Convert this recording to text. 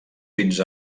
fins